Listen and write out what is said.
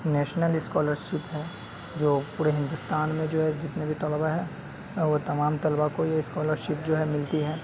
national scholarship ہے جو پورے ہندوستان میں جو ہے جتنے بھی طلبہ ہے وہ تمام طلبہ کو یہ اسکالرشپ جو ہے ملتی ہے